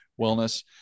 wellness